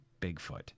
Bigfoot